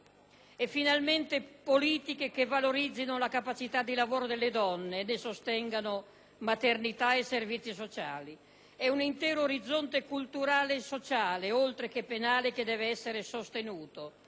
e finalmente politiche che valorizzino la capacità di lavoro delle donne e ne sostengano maternità e servizi sociali. È un intero orizzonte culturale e sociale, oltre che penale, che deve essere sostenuto,